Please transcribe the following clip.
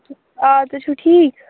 آ تُہۍ چھُو ٹھیٖک